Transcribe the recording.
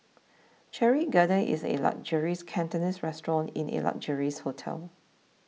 Cherry Garden is a luxurious Cantonese restaurant in a luxurious hotel